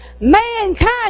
mankind